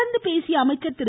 தொடர்ந்து பேசிய அமைச்சர் திரு